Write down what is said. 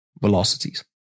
velocities